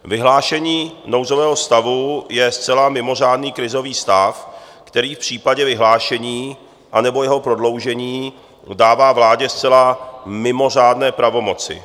Vyhlášení nouzového stavu je zcela mimořádný krizový stav, který v případě vyhlášení anebo jeho prodloužení dává vládě zcela mimořádné pravomoci.